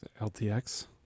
LTX